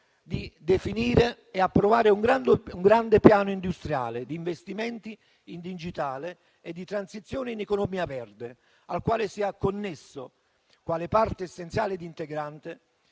di definire e approvare un grande piano industriale di investimenti in digitale e di transizione in economia verde, al quale sia connesso, quale parte essenziale ed integrante,